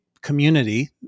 community